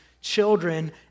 children